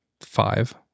five